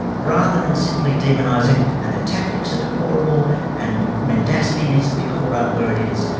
rather than simply demonising, and the tactics are deplorable and mendacity needs to be called out where it is,